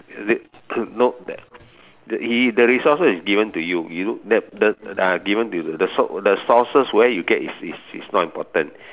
the no the the resources is given to you the the ya given to you the sources where you get is is is not important